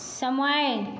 समय